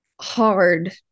hard